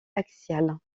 axiale